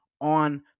on